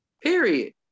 period